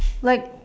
like